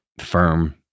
firm